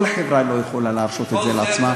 כל חברה לא יכולה להרשות את זה לעצמה,